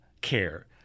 care